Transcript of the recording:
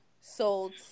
sold